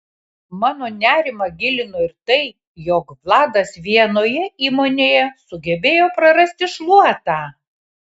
mano nerimą gilino ir tai jog vladas vienoje įmonėje sugebėjo prarasti šluotą